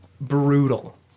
brutal